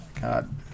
god